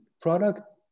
product